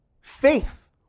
faith